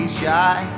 shy